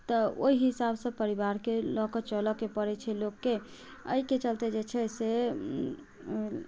तऽ ओइ हिसाबसँ परिवारके लऽ कऽ चलऽके पड़ै छै लोकके अइके चलते जे छै से